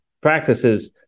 practices